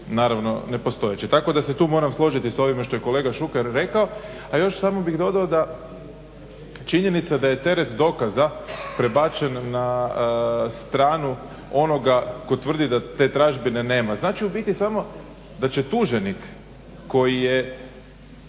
naravno nepostojeće. Tako da se tu moram složiti s ovime što je kolege Šuker rekao. A još samo bih dodao da činjenica da je teret dokaza prebačen na stranu onoga tko tvrdi da te tražbine nema. Znači ubiti samo da će tuženik koji je